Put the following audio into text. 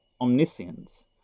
omniscience